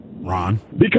Ron